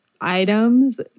items